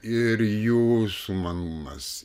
ir jų sumanumas